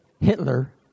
Hitler